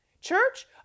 Church